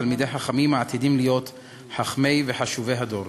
תלמידי חכמים, העתידים להיות חכמי וחשובי הדור.